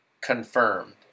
confirmed